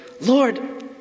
Lord